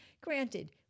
Granted